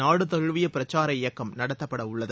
நாடு தழுவிய பிரச்சார இயக்கம் நடத்தப்படவுள்ளது